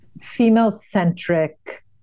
female-centric